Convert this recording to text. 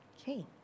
Okay